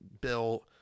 Bill